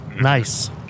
Nice